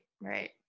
right